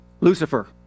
Lucifer